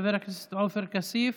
חבר הכנסת עופר כסיף,